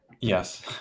Yes